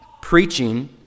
preaching